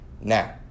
Now